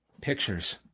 pictures